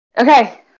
Okay